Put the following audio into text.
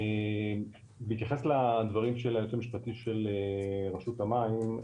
בהתייחס לדברים של היועץ המשפטי של רשות המים,